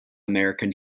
american